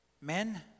Men